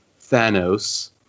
Thanos